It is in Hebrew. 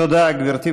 תודה, גברתי.